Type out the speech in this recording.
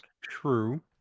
true